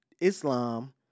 Islam